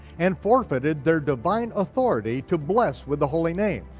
and forfeited their divine authority to bless with the holy name.